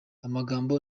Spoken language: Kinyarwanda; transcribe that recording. amagambo